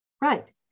Right